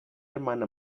hermana